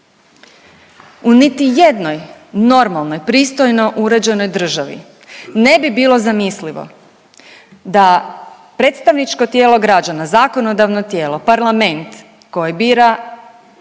U niti jednoj normalnoj, pristojno uređenoj državi ne bi bilo zamislivo da predstavničko tijelo građana, zakonodavno tijelo, parlament koje bira